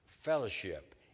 Fellowship